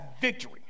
victory